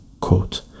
quote